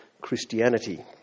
Christianity